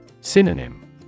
Synonym